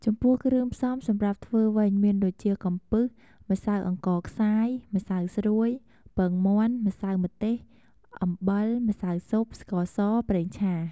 ចំំពោះគ្រឿងផ្សំសម្រាប់ធ្វើវិញ មានដូចជា កំពឹស ម្សៅអង្ករខ្សាយ ម្សៅស្រួយ ពងមាន់ ម្សៅម្ទេស អំបិល ម្សៅស៊ុប ស្ករស ប្រេងឆា ។